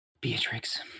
Beatrix